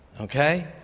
Okay